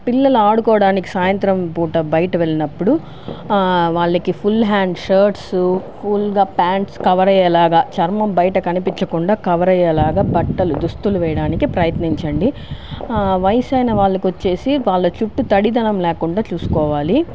పిల్లలు ఆడుకోవడానికి సాయంత్రం పూట బయట వెళ్ళినప్పుడు వాళ్ళకి ఫుల్ హ్యాండ్స్ షర్ట్స్ ఫుల్గా పాంట్స్ కవర్ అయ్యేలాగా చర్మం బయట కనిపించకుండా కవర్ అయ్యేలాగా బట్టలు దుస్తులు వేయడానికి ప్రయత్నించండి వయసైనా వాళ్ళకి వచ్చేసి వాళ్ళ చుట్టూ తడిదనం లేకుండా చూసుకోవాలి